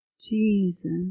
Jesus